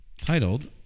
Titled